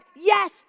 yes